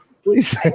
Please